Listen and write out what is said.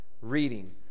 reading